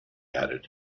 added